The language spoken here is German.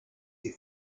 die